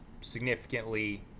significantly